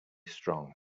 strong